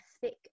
thick